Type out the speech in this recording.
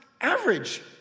average